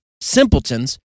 simpletons